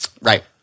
Right